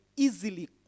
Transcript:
easily